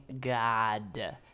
God